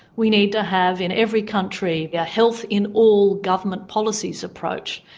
we need to have in every country yeah a health in all government policies approach,